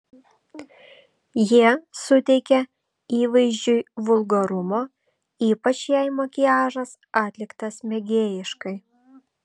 jie suteikia įvaizdžiui vulgarumo ypač jei makiažas atliktas mėgėjiškai